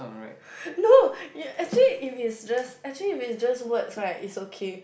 no actually if it's just actually if it's just words right it's okay